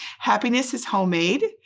happiness is homemade,